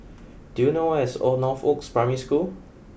do you know where is Northoaks Primary School